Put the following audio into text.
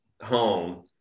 home